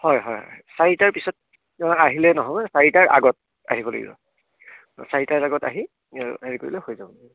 হয় হয় হয় চাৰিটাৰ পিছত আহিলে নহ'ব চাৰিটাৰ আগত আহিব লাগিব চাৰিটাৰ আগত আহি হেৰি কৰিলে হৈ যাব